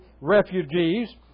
refugees